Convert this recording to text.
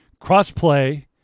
crossplay